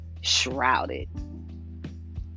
shrouded